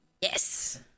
Yes